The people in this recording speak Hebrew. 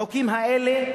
החוקים האלה